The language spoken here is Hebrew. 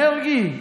מרגי,